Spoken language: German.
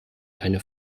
eine